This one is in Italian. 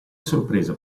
sorpresa